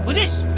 this